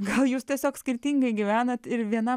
gal jūs tiesiog skirtingai gyvenate ir viena